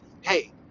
Hey